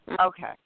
Okay